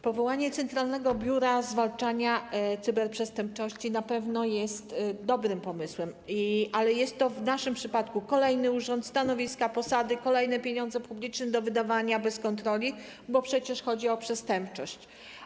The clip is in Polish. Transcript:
Powołanie Centralnego Biura Zwalczania Cyberprzestępczości na pewno jest dobrym pomysłem, ale jest to w naszym przypadku kolejny urząd, stanowiska, posady, kolejne pieniądze publiczne do wydawania bez kontroli, bo przecież chodzi o przestępczość.